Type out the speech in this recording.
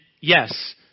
yes